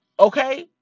Okay